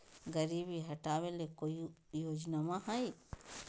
गरीबी हटबे ले कोई योजनामा हय?